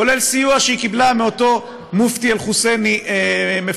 כולל הסיוע שהיא קיבלה מאותו מופתי אל חוסייני מפורסם,